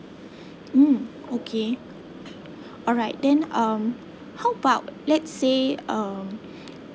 mm okay alright then um how about let's say um